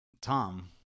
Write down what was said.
Tom